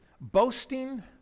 Boasting